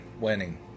winning